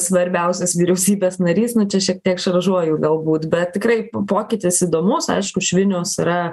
svarbiausias vyriausybės narys nu čia šiek tiek šaržuoju galbūt bet tikrai pokytis įdomus aišku švinius yra